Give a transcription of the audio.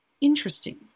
Interesting